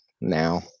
now